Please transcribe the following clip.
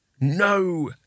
No